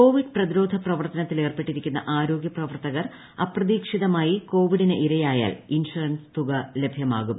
Covid പ്രതിരോധ പ്രവർത്തനത്തിലേർപ്പെട്ടിരിക്കുന്ന ആരോഗ്യ പ്രവർത്തകർ അപ്രതീക്ഷിതമായി കോവിഡിന് ഇരയായാൽ ഇൻഷുറൻസ് തുക ലഭൃമാകും